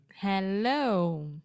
Hello